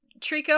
Trico